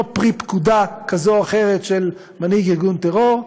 והיא לא פרי פקודה כזאת או אחרת של מנהיג ארגון טרור.